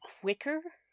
quicker